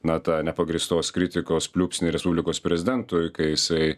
na tą nepagrįstos kritikos pliūpsnį respublikos prezidentui kai jisai